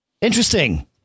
Interesting